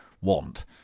want